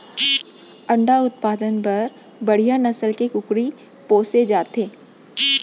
अंडा उत्पादन बर बड़िहा नसल के कुकरी पोसे जाथे